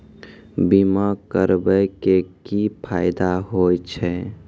बीमा करबै के की फायदा होय छै?